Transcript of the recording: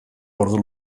ordu